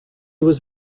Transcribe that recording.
was